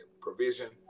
Provision